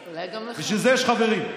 בסדר, בשביל זה יש חברים.